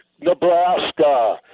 Nebraska